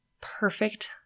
perfect